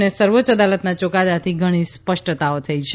અને સર્વોચ્ય અદાલતના યુકાદાથી ધણી સ્પષ્ટતાઓ થઈ છે